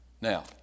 Now